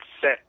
set